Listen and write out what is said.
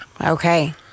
Okay